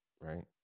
Right